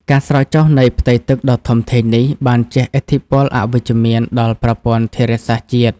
ការស្រកចុះនៃផ្ទៃទឹកដ៏ធំធេងនេះ បានជះឥទ្ធិពលអវិជ្ជមានដល់ប្រព័ន្ធធារាសាស្ត្រជាតិ។